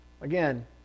Again